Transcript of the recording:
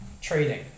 trading